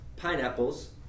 pineapples